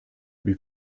lui